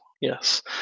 yes